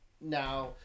now